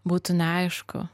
būtų neaišku